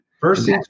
first